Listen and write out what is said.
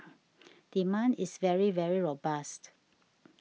demand is very very robust